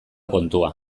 kontua